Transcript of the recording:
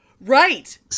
Right